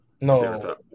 No